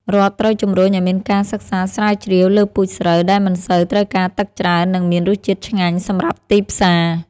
រដ្ឋត្រូវជំរុញឱ្យមានការសិក្សាស្រាវជ្រាវលើពូជស្រូវដែលមិនសូវត្រូវការទឹកច្រើន និងមានរសជាតិឆ្ងាញ់សម្រាប់ទីផ្សារ។